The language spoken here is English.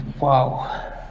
Wow